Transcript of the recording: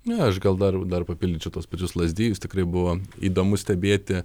ne aš gal dar dar papildyčiau tuos pačius lazdijus tikrai buvo įdomu stebėti